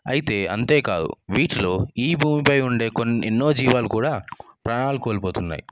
అయితే అంతే కాదు వీటిలో ఈ భూమిపై ఉండే కొన్ని ఎన్నో జీవాలు కూడా ప్రాణాలు కోల్పోతున్నాయి